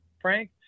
Frank